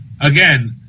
again